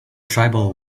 tribal